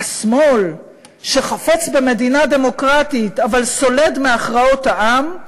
"השמאל שחפץ במדינה דמוקרטית אבל סולד מהכרעות העם,